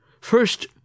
First